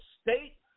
state